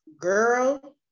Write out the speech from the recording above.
Girl